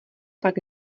pak